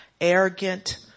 arrogant